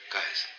Guys